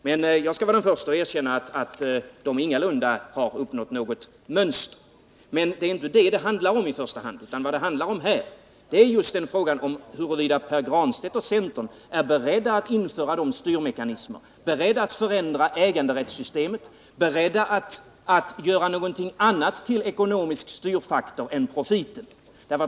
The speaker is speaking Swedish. Jag skall vara den förste att erkänna att de socialistiska länderna ingalunda har uppnått något mönstertillstånd. Men det är inte det det handlar om i första hand, utan det är just om huruvida Pär Granstedt och centern är beredda att införa nödvändiga styrmekanismer, beredda att förändra äganderättssystemet, beredda att göra någonting annat till ekonomisk styrfaktor än profiten.